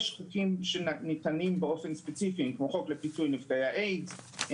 יש חוקים שניתנים באופן ספציפי כמו חוק לפיצוי נפגעי איידס,